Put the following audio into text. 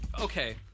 Okay